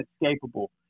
inescapable